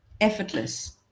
effortless